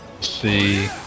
see